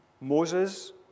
Moses